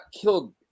killed